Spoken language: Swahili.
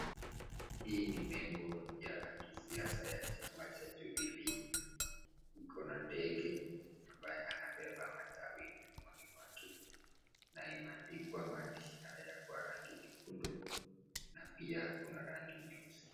Hii ni nembo ya kisiasa ya chama cha jubilee iko na ndege ambaye anabeba matawi nyumani mwake na imeandikwa maandishi haya kwa rangi nyekundu na pia kuna rangi nyeusi.